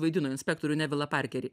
vaidino inspektorių nevilą parkerį